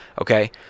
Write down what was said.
Okay